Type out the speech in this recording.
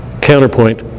counterpoint